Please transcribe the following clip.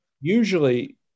usually